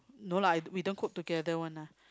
no lah we don't cook together one lah